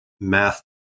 math